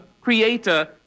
creator